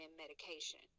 medication